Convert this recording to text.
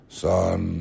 son